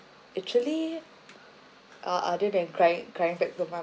actually uh other than crying crying back to mum